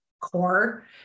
core